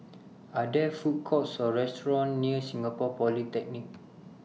Are There Food Courts Or restaurants near Singapore Polytechnic